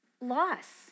loss